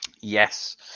Yes